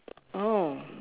oh